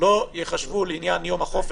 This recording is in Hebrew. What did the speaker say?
אבל אנחנו אומרים לכל בעלי העסקים,